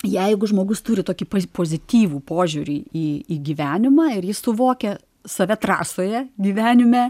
jeigu žmogus turi tokį pozityvų požiūrį į į gyvenimą ir jis suvokia save trasoje gyvenime